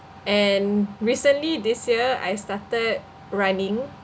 and recently this year I started running